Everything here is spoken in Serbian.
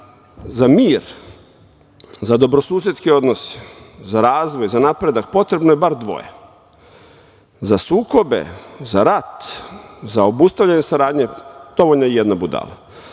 za mir, za dobrosusedske odnose, za razvoj, za napredak, potrebno je bar dvoje. Za sukobe, za rat, za obustavljanje saradnje, dovoljna je jedna budala,